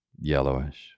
yellowish